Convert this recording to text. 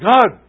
God